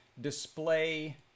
display